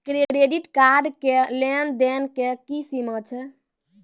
Credit card के लेन देन के की सीमा छै?